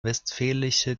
westfälische